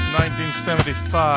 1975